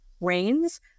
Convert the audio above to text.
rains